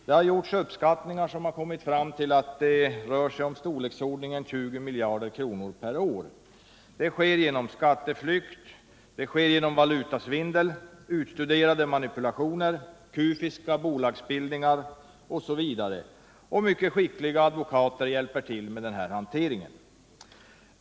Det har gjorts uppskattningar som visar att det rör sig om storleksordningen 20 miljarder kronor per år. Detta undandragande sker genom skatteflykt, valutasvindel, utstuderade manipulationer, kufiska bolagsbildningar osv. Skickliga advokater hjälper till med den hanteringen.